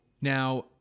Now